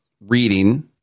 reading